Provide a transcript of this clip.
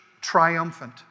triumphant